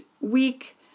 week